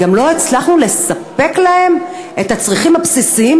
אבל גם לא הצלחנו לספק להם את הצרכים הבסיסיים